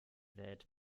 welt